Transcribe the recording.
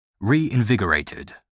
Reinvigorated